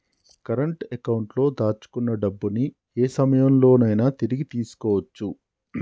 current అకౌంట్లో దాచుకున్న డబ్బుని యే సమయంలోనైనా తిరిగి తీసుకోవచ్చు